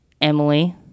Emily